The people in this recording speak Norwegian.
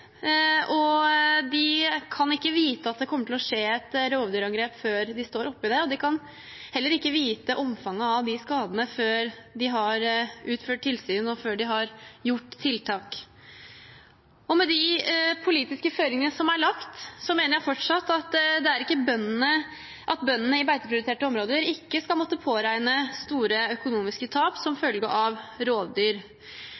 og de kan ikke vite at det kommer et rovdyrangrep før de står oppe i det, og de kan heller ikke vite omfanget av skadene før de har utført tilsyn og har gjort tiltak. Med de politiske føringene som er lagt, mener jeg fortsatt at bøndene i beiteprioriterte områder ikke skal måtte påregne store økonomiske tap som